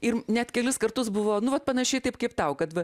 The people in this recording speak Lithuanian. ir net kelis kartus buvo nu vat panašiai taip kaip ir tau kad va